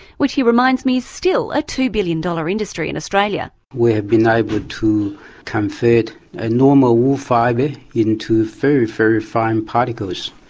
which he reminds me is still a two billion dollars industry in australia. we have been able to convert a normal wool fibre into very, very fine particles,